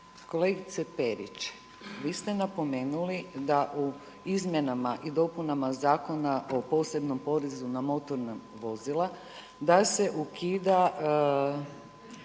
Kolegice Perić, vi ste napomenuli da u izmjenama i dopunama Zakona o posebnom porezu na motorna vozila, da se ukida